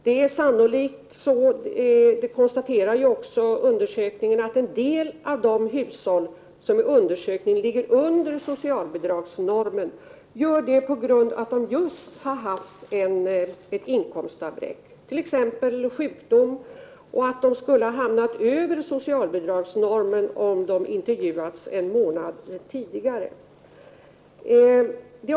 Det är sannolikt så — i undersökningen konstateras det ju också att en del av de hushåll som i undersökningen ligger under socialbidragsnormen gör det på grund av att dessa hushåll precis haft ett inkomstavbräck, t.ex. till följd av sjukdom, och att hushållen skulle ha överstigit socialbidragsnormen, om intervjun hade gjorts en månad tidigare.